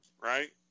right